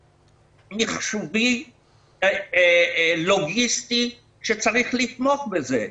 מחייב מערך מחשובי לוגיסטי שצריך לתמוך בזה.